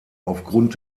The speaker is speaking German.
aufgrund